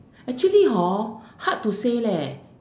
actually hor hard to say leh